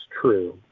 true